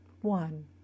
One